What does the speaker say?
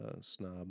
snob